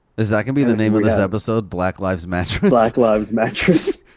is that gonna be the name of this episode, black lives mattress? black lives mattress.